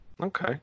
Okay